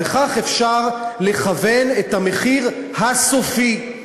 וכך אפשר לכוון את המחיר הסופי.